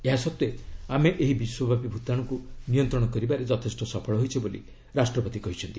ଏହା ସତ୍ତ୍ୱେ ଆମେ ଏହି ବିଶ୍ୱବ୍ୟାପୀ ଭୂତାଣୁକୁ ନିୟନ୍ତ୍ରଣ କରିବାରେ ଯଥେଷ୍ଟ ସଫଳ ହୋଇଛେ ବୋଲି ରାଷ୍ଟ୍ରପତି କହିଛନ୍ତି